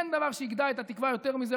אין דבר שיגדע את התקווה יותר מזה,